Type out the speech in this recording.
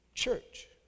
church